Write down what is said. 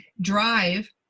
drive